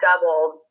doubled